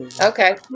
Okay